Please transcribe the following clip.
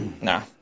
Nah